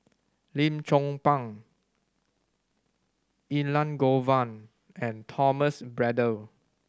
Lim Chong Pang Elangovan and Thomas Braddell